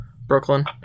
Brooklyn